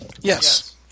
yes